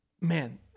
man